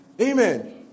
Amen